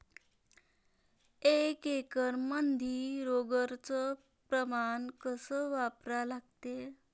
एक एकरमंदी रोगर च प्रमान कस वापरा लागते?